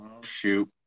Shoot